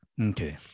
Okay